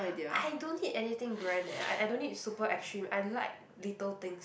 I don't need anything grand eh I I don't need super extreme I like little things